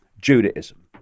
Judaism